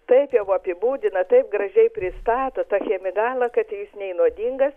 taip jau apibūdina taip gražiai pristato tą chemikalą kad jis nei nuodingas